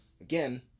again